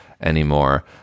anymore